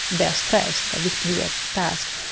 they are stressed by this particular task.